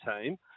team